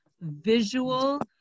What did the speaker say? visual